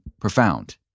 profound